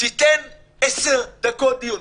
תיתן 10 דקות דיון.